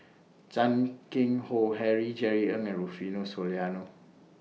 Chan Keng Howe Harry Jerry Ng and Rufino Soliano